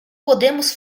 podemos